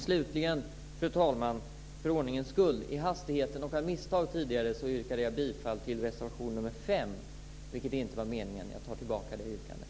Fru talman! I hastigheten yrkade jag tidigare av misstag bifall till reservation nr 5. Jag tar tillbaka det yrkandet.